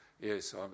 yes